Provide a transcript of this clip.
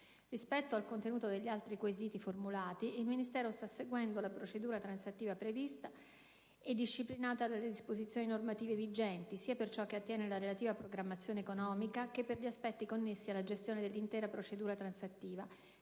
Rispetto al contenuto degli altri quesiti formulati, il Ministero sta seguendo la procedura transattiva prevista e disciplinata dalle disposizioni normative vigenti, sia per ciò che attiene la relativa programmazione economica che per gli aspetti connessi alla gestione dell'intera procedura transattiva